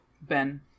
Ben